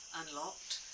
unlocked